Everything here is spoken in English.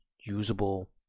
usable